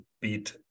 beat